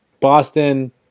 Boston